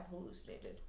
hallucinated